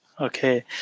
Okay